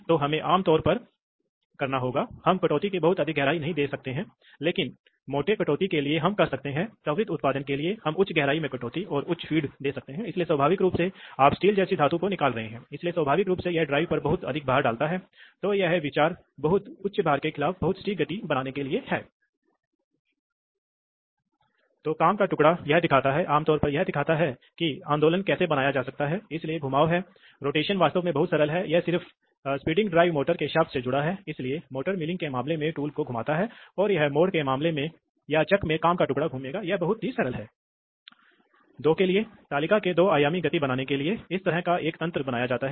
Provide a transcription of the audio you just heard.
तो यह विचार था इसलिए आप इसे देख सकते हैं इसलिए यह एक एक्ट्यूएटर है जिसे संचालित किया जा रहा है इसलिए क्या होता है कि हवा बहती है यह DCV है इसलिए हवा हवा इसमें प्रवाहित होता है और एक्ट्यूएटर को बढ़ाता है इसलिए एक्ट्यूएटर चलता है जब यह चलता है तो यह वास्तव में हवा को बाहर निकालता है इसलिए आप जानते हैं कि यह वास्तव में हवा को बाहर निकालता है इसलिए क्योंकि यह एक दबाव संचालित है इसलिए जब यह दबाव लाइन बढ़ता है तब यह वाल्व शिफ्ट होने जा रहा है जैसा कि हमने तंत्र दिखाया है